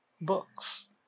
books